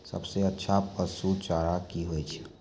सबसे अच्छा पसु चारा की होय छै?